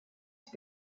ich